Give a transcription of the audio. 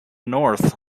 north